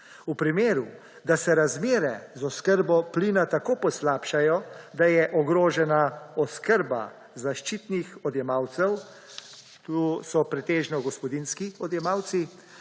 plina. Če se razmere z oskrbo plina tako poslabšajo, da je ogrožena oskrba zaščitenih odjemalcev – tu so pretežno gospodinjski odjemalci